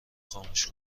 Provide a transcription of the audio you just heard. خاموش